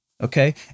okay